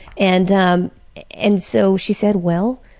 and um and so she said, well,